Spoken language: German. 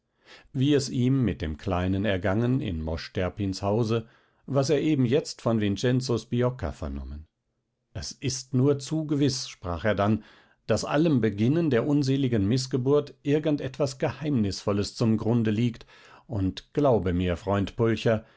wie es ihm mit dem kleinen ergangen im mosch terpins hause was er eben jetzt von vincenzo sbiocca vernommen es ist nur zu gewiß sprach er dann daß allem beginnen der unseligen mißgeburt irgend etwas geheimnisvolles zum grunde liegt und glaube mir freund pulcher